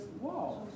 Wow